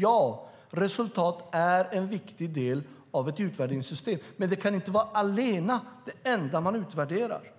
Ja, resultat är en viktig del av ett utvärderingssystem. Men det kan inte vara det enda man utvärderar,